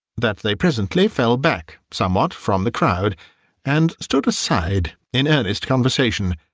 that they presently fell back somewhat from the crowd and stood aside in earnest conversation.